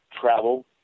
travel